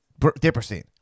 Dipperstein